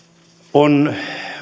on